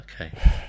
okay